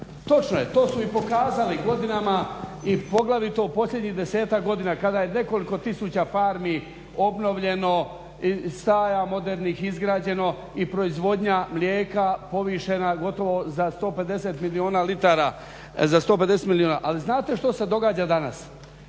Točno je, to su i pokazali godinama i poglavito u posljednjih desetak godina kada je nekoliko tisuća farmi obnovljeno, i sajam modernih izgrađeno i proizvodnja mlijeka povišena gotovo za 150 milijuna litara. Ali znate što se događa danas,